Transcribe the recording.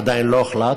עדיין לא הוחלט.